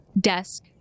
desk